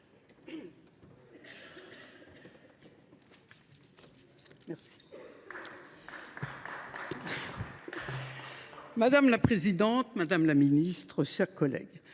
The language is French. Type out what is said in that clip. Madame la présidente, madame la ministre, mes chers collègues,